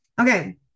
okay